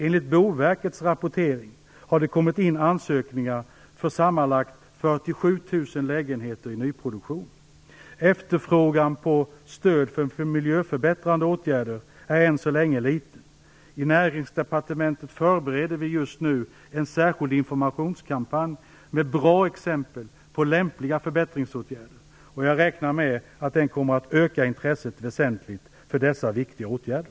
Enligt Boverkets rapportering har det kommit in ansökningar för sammanlagt ca 47 000 Efterfrågan på stöd för miljöförbättrande åtgärder är än så länge liten. I Näringsdepartementet förbereder vi just nu en särskild informationskampanj med bra exempel på lämpliga förbättringsåtgärder. Jag räknar med att den kommer att öka intresset väsentligt för dessa viktiga åtgärder.